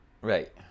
right